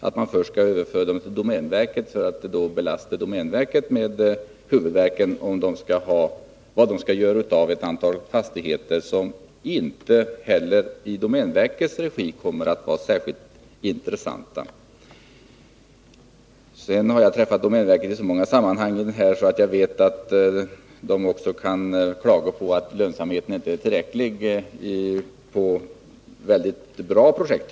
Vi kan då inte finna att det är någon mening i att först överföra dem till domänverket, som skall belastas med huvudvärken vad domänverket skall göra med en hel del fastigheter som inte heller i domänverkets regi är särskilt intressanta. Jag har haft så mycket med domänverket att göra i många sammanhang att jag vet att man ibland kan klaga över att lönsamheten inte är tillräcklig ens i en del bra projekt.